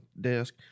desk